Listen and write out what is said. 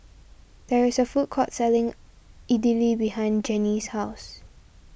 there is a food court selling Idili behind Genie's house